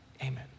Amen